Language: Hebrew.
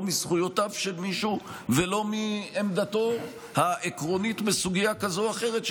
לא מזכויותיו של מישהו ולא מעמדתו העקרונית בסוגיה כזאת או אחרת,